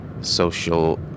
social